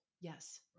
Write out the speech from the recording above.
Yes